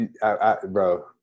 Bro